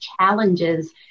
challenges